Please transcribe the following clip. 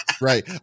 Right